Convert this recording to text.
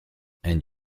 and